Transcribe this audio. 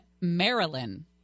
Maryland